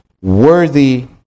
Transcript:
worthy